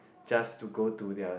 just to go to their